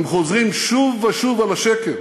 הם חוזרים שוב ושוב על השקר